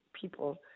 people